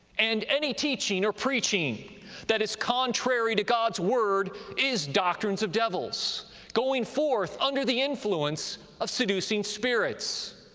and any teaching or preaching that is contrary to god's word is doctrines of devils going forth under the influence of seducing spirits.